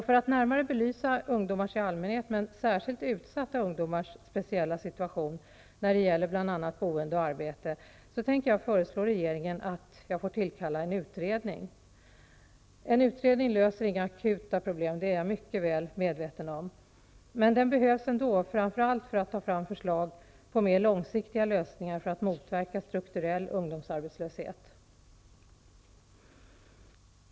För att närmare belysa ungdomars situation i allmänhet och särkilt utsatta ugdomars speciella situation när det gäller bl.a. boende och arbete tänker jag föreslå regeringen att jag får tillkalla en utredning. En utredning löser inga akuta problem, det är jag mycket väl medveten om. Men den behövs ändå, framför allt för att ta fram förslag på mer långsiktiga lösningar för att motverka strukturell ungdomsarbetslöshet.